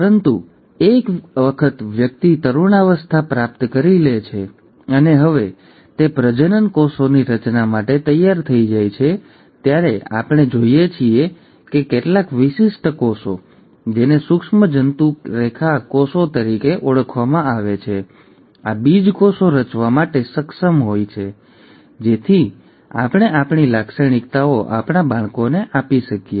પરંતુ એક વખત વ્યક્તિ તરુણાવસ્થા પ્રાપ્ત કરી લે છે અને હવે તે પ્રજનનકોષોની રચના માટે તૈયાર થઈ જાય છે ત્યારે આપણે જોઈએ છીએ કે કેટલાક વિશિષ્ટ કોષો જેને સૂક્ષ્મજંતુ રેખા કોષો તરીકે ઓળખવામાં આવે છે આ બીજકોષો રચવા માટે સક્ષમ હોય છે જેથી આપણે આપણી લાક્ષણિકતાઓ આપણા બાળકોને આપી શકીએ